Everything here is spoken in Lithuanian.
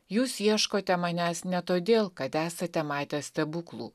jūs ieškote manęs ne todėl kad esate matę stebuklų